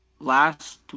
last